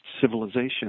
civilization